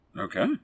Okay